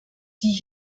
die